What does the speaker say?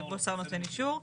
יבוא השר נותן האישור.